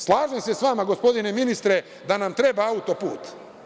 Slažem se sa vama gospodine ministre da nam treba autoput.